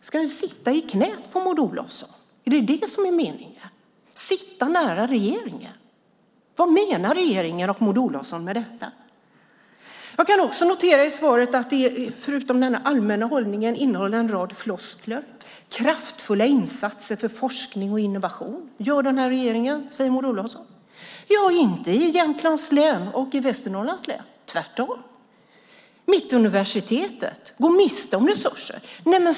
Ska den sitta i knäet på Maud Olofsson? Är det vad som är meningen - sitta nära regeringen? Vad menar regeringen och Maud Olofsson med detta? Jag noterade också att svaret förutom den allmänna hållningen innehöll en rad floskler. Regeringen gör kraftfulla insatser för forskning och innovation, säger Maud Olofsson. Inte i Jämtlands län och i Västernorrlands län. Det är tvärtom. Mittuniversitetet går miste om resurser.